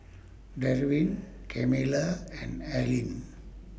Derwin Camila and Arlene